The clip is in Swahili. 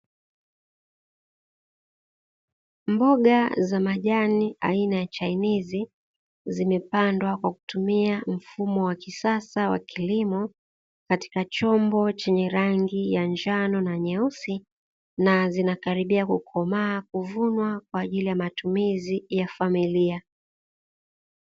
Mboga za majani aina ya chainizi, zimepandwa kwa kutumia mfumo wa kisasa wa kilimo katika chombo chenye rangi ya njano na nyeusi na zinakaribia kukomaa kuvunwa kwa ajili ya matumizi ya familia.